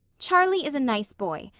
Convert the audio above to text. charlie is a nice boy.